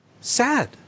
sad